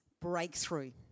breakthrough